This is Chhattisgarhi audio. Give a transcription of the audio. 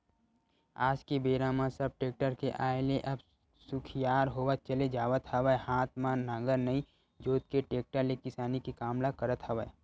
आज के बेरा म सब टेक्टर के आय ले अब सुखियार होवत चले जावत हवय हात म नांगर नइ जोंत के टेक्टर ले किसानी के काम ल करत हवय